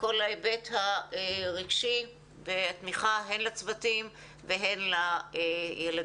כל ההיבט הרגשי והתמיכה, הן לצוותים והן לילדים.